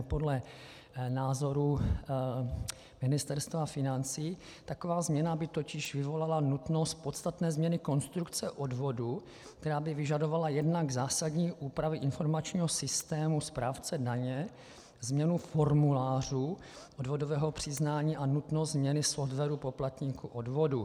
Podle názoru Ministerstva financí taková změna by vyvolala nutnost podstatné změny konstrukce odvodu, která by vyžadovala jednak zásadní úpravy informačního systému správce daně, změnu formulářů odvodového přiznání a nutnost změny softwaru poplatníků odvodů.